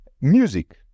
music